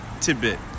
tidbit